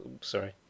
sorry